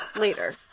Later